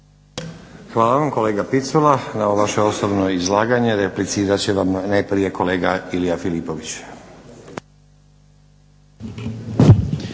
Hvala vam kolega Picula. Na ovo vaše osnovno izlaganje replicirat će vam najprije kolega Ilija Filipović.